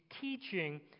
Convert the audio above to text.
teaching